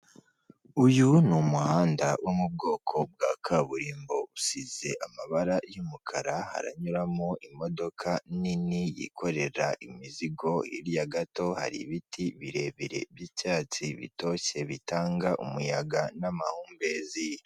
Uyu n'umuhanda wo mu bwoko bwa kaburimbo, usize amabara y'umukara, haranyuramo imodoka nini yikorera imizigo, hirya gato hari ibiti birebire by'icyatsi bitoshye bitanga umuyaga n'amahumbezi.